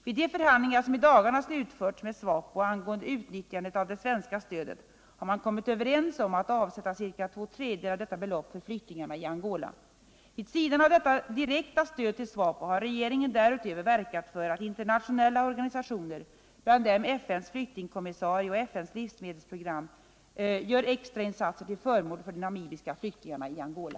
Vid de förhandlingar som i dagarna slutförts med SWAPO angående utnyttjandet av det svenska stödet har man kommit överens om att avsätta ca två tredjedelar av detta belopp för flyktingarna i Angola. Vid sidan av detta direkta stöd till SWAPO har regeringen därutöver verkat för att internationella organisationer, bland dem FN:s flyktingkommissarie och FN:s livsmedelsprogram, gör extrainsatser till förmån för de namibiska flyktingarna i Angola.